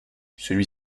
celui